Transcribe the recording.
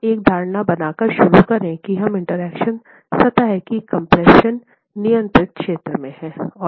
हम एक धारणा बनाकर शुरू करें कि हम इंटरैक्शन सतह की कम्प्रेशन नियंत्रित क्षेत्र हैं